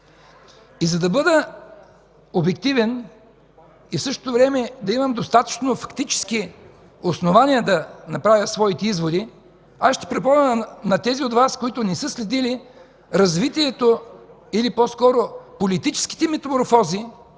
За да бъда обективен и в същото време да имам достатъчно фактически основания да направя своите изводи, аз ще припомня на тези от Вас, които не са следили развитието, или по-скоро политическите метаморфози,